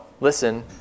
listen